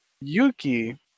Yuki